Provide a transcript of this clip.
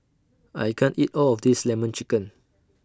I can't eat All of This Lemon Chicken